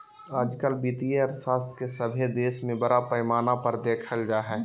आजकल वित्तीय अर्थशास्त्र के सभे देश में बड़ा पैमाना पर देखल जा हइ